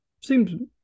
seems